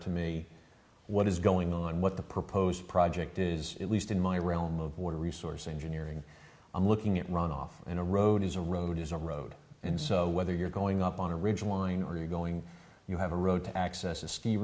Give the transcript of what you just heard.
to me what is going on what the proposed project is at least in my realm of water resource engineering i'm looking at runoff in a road is a road is a road and so whether you're going up on a ridge line or you're going you have a road to access a ski